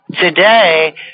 Today